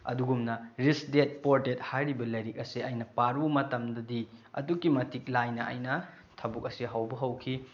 ꯑꯗꯨꯒꯨꯝꯅ ꯔꯤꯁ ꯗꯦꯠ ꯄꯣꯔ ꯗꯦꯠ ꯍꯥꯏꯔꯤꯕ ꯂꯥꯏꯔꯤꯛ ꯑꯁꯦ ꯑꯩꯅ ꯄꯥꯔꯨꯕ ꯃꯇꯝꯗꯗꯤ ꯑꯗꯨꯛꯀꯤ ꯃꯇꯤꯛ ꯂꯥꯏꯅ ꯑꯩꯅ ꯊꯕꯛ ꯑꯁꯦ ꯍꯧꯕ ꯍꯧꯈꯤ